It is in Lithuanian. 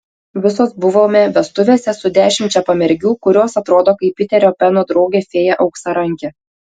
visos buvome vestuvėse su dešimčia pamergių kurios atrodo kaip piterio peno draugė fėja auksarankė